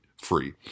free